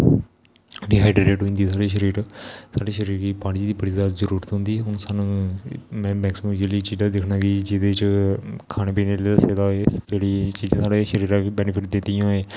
dehydrate होई जंदी शरीर साढ़े शरीर गी पानी दी बडी ज्यादा जरुरत होंदी हून सानू मैक्सीमम जेहडी चीजां दिक्खने कि खाने पिने च जेहड़ी साढ़े शरीरे गी बेनीफिट दिंदी होऐ